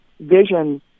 vision